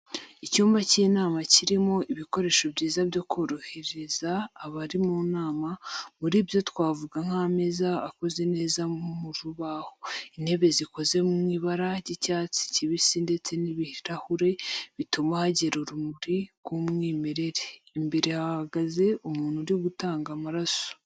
Icyumba cy'inama kirimo ibikoresho byiza byo korohereza abari mu nama, muri byo twavuga nk'ameza akoze neza mu rubaho, intebe zikoze mu ibara ry'icyatsi kibisi ndetse n'ibirahure bituma hagera urumuri rw'umwimerere. Imbere hahagaze umuntu uri gutanga amasomo.